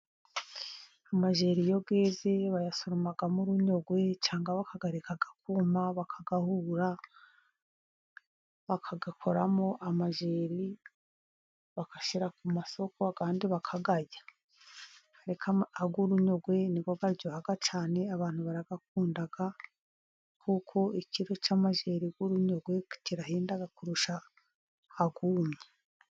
Amajyeri iyo yeze, bayasoroma ari urunyogwe, cyangwa bakayareka akuma bakayahura bakayakoramo amajyeri bakayashyira ku isoko , andi bakayarya . Ay' urunyogwe niyo aryoha cyane. Abantu barayakunda cyane, kuko ikiro cy'amajyeri y'urunyogwe kirahenda kurusha ayumye.